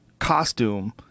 costume